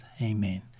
Amen